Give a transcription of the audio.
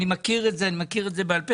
אני מכיר את זה בעל פה.